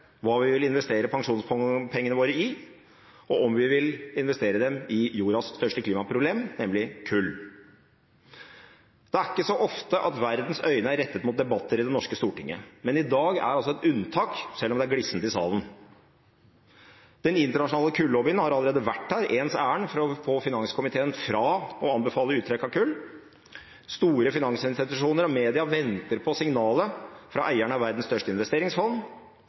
hva vi vil investere pensjonsfondpengene våre i, og om vi vil investere dem i jordas største klimaproblem, nemlig kull. Det er ikke så ofte at verdens øyne er rettet mot debatter i Det norske storting, men i dag er altså et unntak, selv om det er glissent i salen. Den internasjonale kullobbyen har allerede vært her, ens ærend, for å få finanskomiteen fra å anbefale uttrekk av kull, store finansinstitusjoner og medier venter på signalet fra eierne av verdens største investeringsfond,